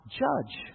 judge